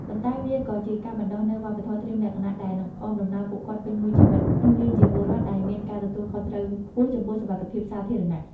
ប៉ុន្តែវាក៏ជាការបណ្ដុះនូវ វប្បធម៌ត្រៀមលក្ខណៈ ដែលនឹងអមដំណើរពួកគាត់ពេញមួយជីវិត ក្នុងនាមជាពលរដ្ឋដែលមានការទទួលខុសត្រូវខ្ពស់ចំពោះសុវត្ថិភាពសាធារណៈ។